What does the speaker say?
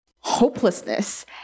hopelessness